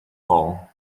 call